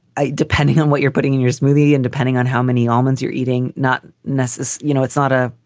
ah depending on what you're putting in your smoothie and depending on how many almonds you're eating. not nessa's. you know, it's not a